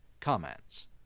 comments